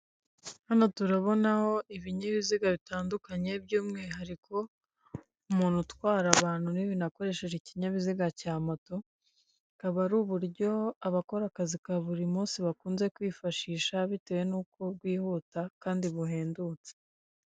Hano turabonaho ibinyabiziga bitandukanye by'umwihariko umuntu utwara abantu n'ibintu akoresheje ikinyabiziga cya moto, bukaba ari uburyo abakora akazi ka buri munsi bakunze kwifashisha, bitewe n'uko bwihuta kandi buhendutse.